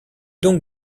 donc